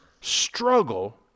struggle